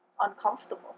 uncomfortable